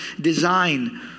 design